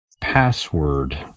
Password